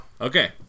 Okay